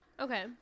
Okay